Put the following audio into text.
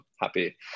happy